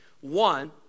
one